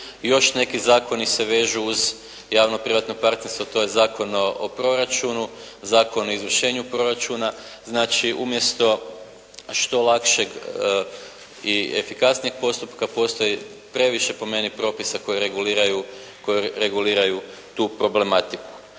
još neki zakoni se vežu uz javno-privatno partnerstvo. To je Zakon o proračunu, Zakon o izvršenju proračuna. Znači umjesto što lakšeg i efikasnijeg postupka postoji previše po meni propisa koji reguliraju, koji